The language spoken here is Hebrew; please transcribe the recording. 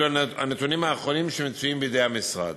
אלו הנתונים האחרונים המצויים בידי המשרד: